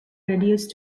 reduced